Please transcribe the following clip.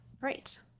right